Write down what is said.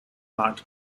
marked